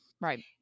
Right